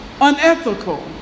unethical